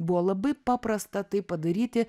buvo labai paprasta tai padaryti